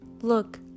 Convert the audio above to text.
Look